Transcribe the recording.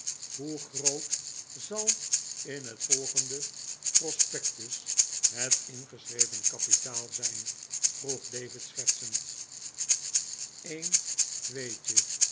hoe groot zal in het volgende prospectus het ingeschreven kapitaal zijn vroeg david schertsend een tweetje en